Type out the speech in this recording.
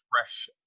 fresh